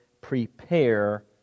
prepare